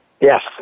Yes